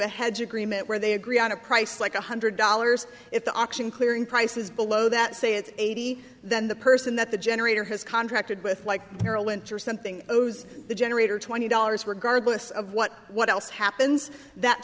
a hedge agreement where they agree on a price like one hundred dollars if the auction clearing price is below that say it's eighty then the person that the generator has contracted with like merrill lynch or something owes the generator twenty dollars regard less of what what else happens that